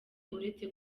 uretse